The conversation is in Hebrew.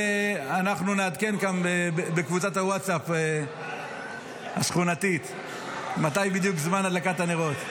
אנחנו נעדכן גם בקבוצת הווטסאפ השכונתית מתי בדיוק זמן הדלקת הנרות.